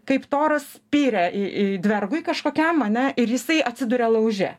kaip toras spyrė į į dvergui kažkokiam ane ir jisai atsiduria lauže